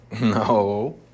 No